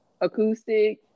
acoustic